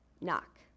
knock